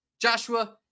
Joshua